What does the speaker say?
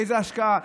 באיזה השקעה,